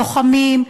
לוחמים,